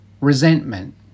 resentment